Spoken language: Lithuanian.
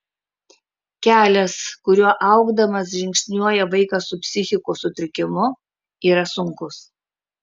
kelias kuriuo augdamas žingsniuoja vaikas su psichikos sutrikimu yra sunkus